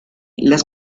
las